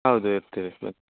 ಹೌದು ಇರ್ತೀವಿ ಬ